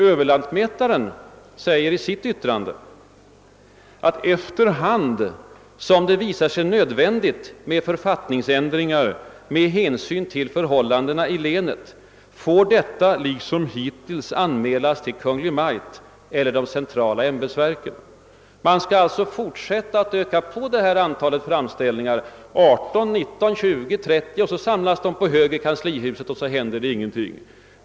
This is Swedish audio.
Överlantmätaren säger i sitt yttrande att efter hand som det visar sig nödvändigt med författningsändringar med härsyn till förhållandena i länet får detta liksom hittills anmälas till Kungl. Maj:t eller till de centrala ämbetsverken. Man skall alltså fortsätta att öka på antalet framställningar tills de blir 18, 19, 20 eller 30, och så samlas de på hög i kanslihuset och ingenting händer.